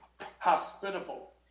hospitable